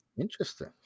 Interesting